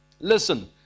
Listen